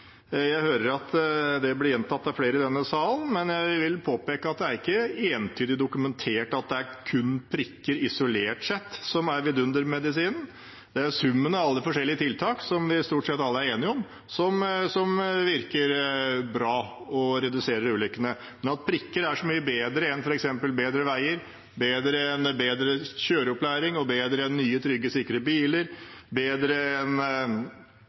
Jeg hører at det blir gjentatt av flere i denne salen, men jeg vil påpeke at det ikke er entydig dokumentert at det er kun prikker isolert sett som er vidundermedisinen. Det er summen av alle forskjellige tiltak, som vi stort sett alle er enige om, som virker bra og reduserer antall ulykker. Men at prikker er så mye bedre enn f.eks. bedre veier, bedre kjøreopplæring og bedre nye, sikre og trygge biler – bedre